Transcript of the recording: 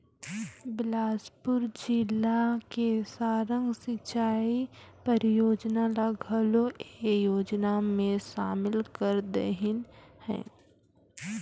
बेलासपुर जिला के सारंग सिंचई परियोजना ल घलो ए योजना मे सामिल कर देहिनह है